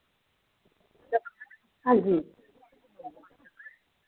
आं जी